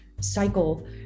cycle